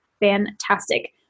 fantastic